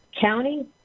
county